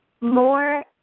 more